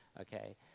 Okay